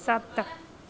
ਸੱਤ